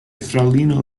fraŭlino